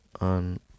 on